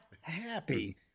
happy